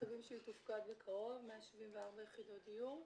מקווים שהיא תופקד בקרוב, 174 יחידות דיור.